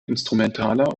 instrumentaler